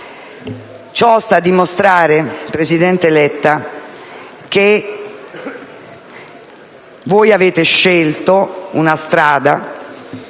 Ciò sta a dimostrare, presidente Letta, che avete scelto la strada